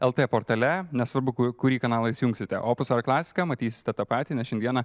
lrt portale nesvarbu kur kurį kanalais jungsite opusą ar klasiką matysite tą patį nes šiandieną